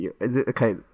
Okay